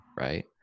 Right